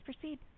proceed